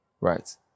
right